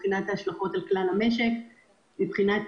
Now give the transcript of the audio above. הן מבחינת ההשלכות על כלל המשק והן מבחינת